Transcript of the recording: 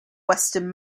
western